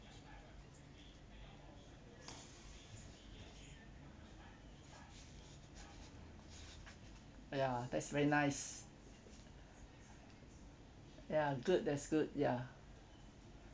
ya that's very nice ya good that's good ya